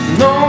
no